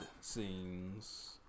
scenes